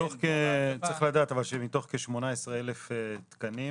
--- צריך לדעת אבל שמתוך כ-18,000 תקנים